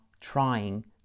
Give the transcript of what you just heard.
trying